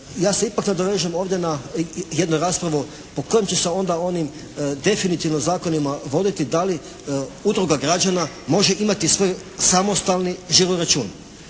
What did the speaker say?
ja se ipak nadovežem ovdje na jednu raspravu pod kojom će se onda onim definitivno zakonima voditi da li udruga građana može imati svoj samostalni žiroračun.